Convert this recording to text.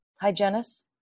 hygienists